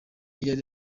yari